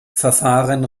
verfahren